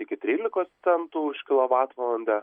iki trylikos centų už kilovatvalandę